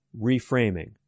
Reframing